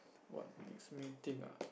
what makes me think ah